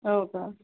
हो का